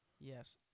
Yes